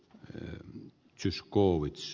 reeve zyskowicz